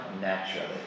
naturally